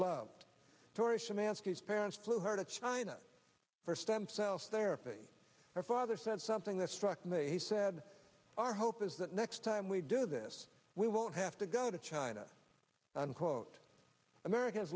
szymanski parents flew her to china for stem cell therapy her father said something that struck me he said our hope is that next time we do this we won't have to go to china unquote america